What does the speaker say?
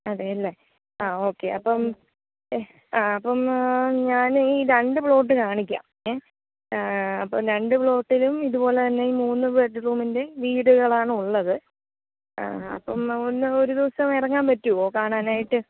അതേല്ലെ ആ ഓക്കെ അപ്പം ആ അപ്പം ഞാനീ രണ്ട് പ്ലോട്ട് കാണിക്കാം ഏ അപ്പം രണ്ട് പ്ലോട്ടിലും ഇതുപോലെ തന്നെ മൂന്ന് ബെഡ് റൂമിൻ്റെയും വീടുകളാണ് ഉള്ളത് അപ്പം ഒന്ന് ഒരു ദിവസം ഇറങ്ങാൻ പറ്റുമോ കാണാനായിട്ട്